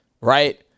right